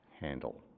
handle